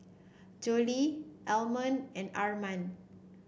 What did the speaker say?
Jolette Almon and Arman